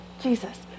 Jesus